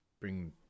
bring